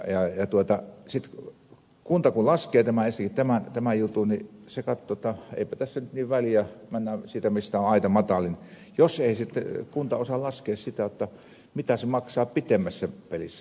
sitten kunta kun laskee tämän jutun niin se katsoo että eipä tässä nyt niin väliä mennään siitä mistä on aita matalin jos ei sitten kunta osaa laskea sitä mitä se maksaa pitemmässä pelissä